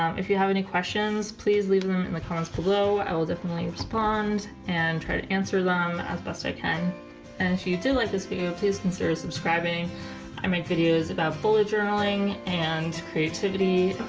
um if you have any questions please leave them in the comments below i will definitely respond and try to answer them as best i can and if you do like this video please consider subscribing i make videos about bullet journaling and creativity.